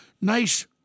nice